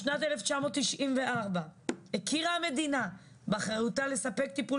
בשנת 1994 הכירה המדינה באחריותה לספק טפול